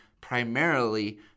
primarily